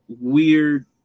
Weird